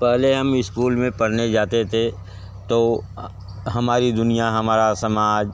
पहले हम ईस्कूल में पढ़ने जाते थे तो हमारी दुनिया हमारा समाज